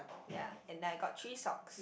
ya and I got three socks